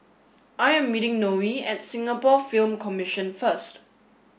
I am meeting Noe at Singapore Film Commission first